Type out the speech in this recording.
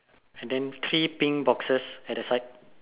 and then three pink boxes at the side